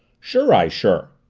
sure, i sure!